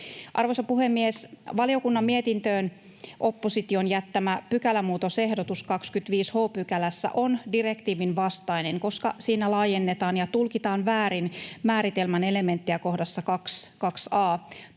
Arvoisa puhemies! Valiokunnan mietintöön opposition jättämä pykälämuutosehdotus 25 h §:ssä on direktiivin vastainen, koska siinä laajennetaan ja tulkitaan väärin määritelmän elementtiä 2 artiklan